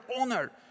honor